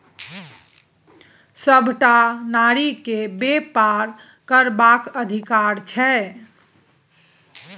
सभटा नारीकेँ बेपार करबाक अधिकार छै